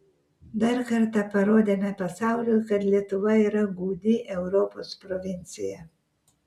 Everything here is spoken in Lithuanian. dar kartą parodėme pasauliui kad lietuva yra gūdi europos provincija